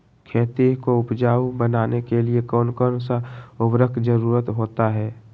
खेती को उपजाऊ बनाने के लिए कौन कौन सा उर्वरक जरुरत होता हैं?